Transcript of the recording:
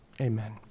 Amen